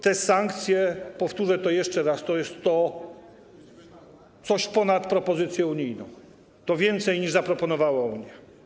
Te sankcje, powtórzę to jeszcze raz, to jest coś ponad propozycje unijne, to więcej, niż zaproponowała Unia.